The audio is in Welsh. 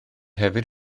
hefyd